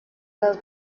las